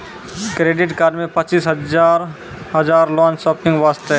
Credit card मे पचीस हजार हजार लोन शॉपिंग वस्ते?